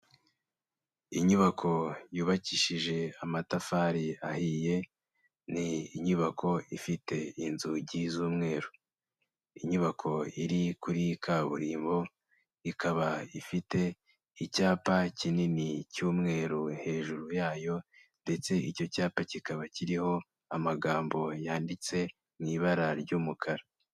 Inyubako yubakishije amatafari ahiye, ni inyubako ifite inzugi z'umweru, inyubako iri kuri kaburimbo ikaba ifite icyapa kinini cy'umweru hejuru yayo ndetse icyo cyapa kikaba kiriho amagambo yanditse mu ibara ry'umukara.